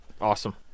Awesome